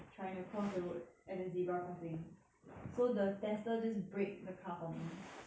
trying to cross the road at the zebra crossing so the tester just brake the car for me